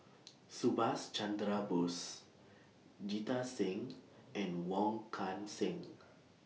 Subhas Chandra Bose Jita Singh and Wong Kan Seng